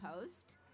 Post